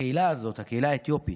הקהילה הזאת, הקהילה האתיופית,